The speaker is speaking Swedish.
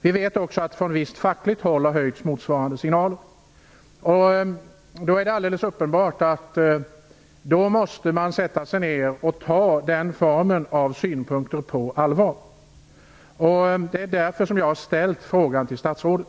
Vi vet också att motsvarande signaler har hörts från ett visst fackligt håll. Det är alldeles uppenbart att man måste sätta sig ner och ta dessa synpunkter på allvar. Därför har jag ställt den här frågan till statsrådet.